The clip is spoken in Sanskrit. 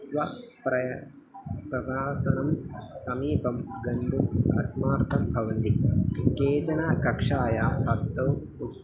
स्व प्रय प्रभासनं समीपं गन्तुम् अस्माकं भवन्ति केचन कक्षायां हस्तौ उ